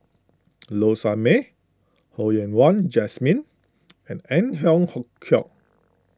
Low Sanmay Ho Yen Wah Jesmine and Ang Hiong hook Chiok